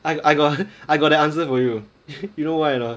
I got I got the answer for you you know why or not